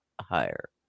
higher